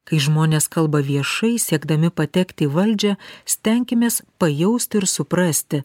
kai žmonės kalba viešai siekdami patekt į valdžią stenkimės pajausti ir suprasti